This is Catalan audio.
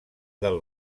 del